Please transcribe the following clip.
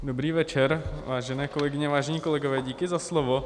Dobrý večer, vážené kolegyně, vážení kolegové, díky za slovo.